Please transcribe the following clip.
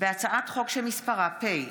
הצעת חוק גיל פרישה (תיקון,